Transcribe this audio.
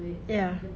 ya